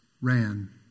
ran